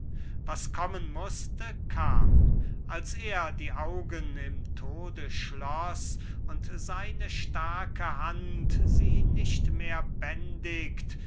was kommen mußte kam als er die augen im tode schloß und seine starke hand sie nicht mehr bändigt